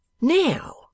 now